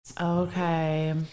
Okay